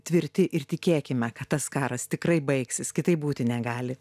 tvirti ir tikėkime kad tas karas tikrai baigsis kitaip būti negali